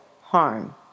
harm